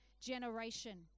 generation